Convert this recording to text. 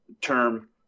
term